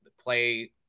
play